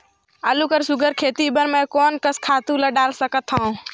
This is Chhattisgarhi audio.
आलू कर सुघ्घर खेती बर मैं कोन कस खातु ला डाल सकत हाव?